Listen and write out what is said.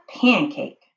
pancake